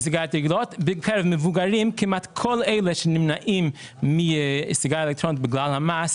בקרב מבוגרים כמעט כל אלה שנמנעים מסיגריה אלקטרונית בגלל המס,